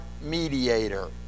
mediator